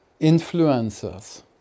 influencers